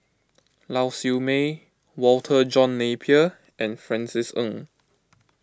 Lau Siew Mei Walter John Napier and Francis Ng